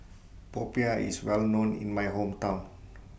Popiah IS Well known in My Hometown